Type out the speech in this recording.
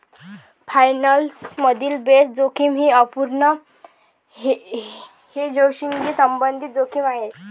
finance मधील base जोखीम ही अपूर्ण हेजिंगशी संबंधित जोखीम आहे